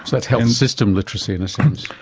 that's health system literacy, in a sense.